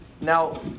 Now